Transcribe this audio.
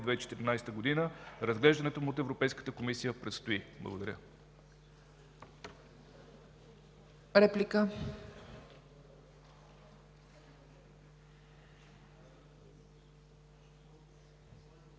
2014 г. Разглеждането му от Европейската комисия предстои. Благодаря.